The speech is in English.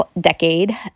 decade